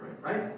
right